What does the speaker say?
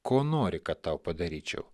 ko nori kad tau padaryčiau